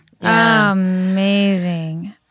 Amazing